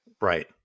Right